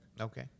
Okay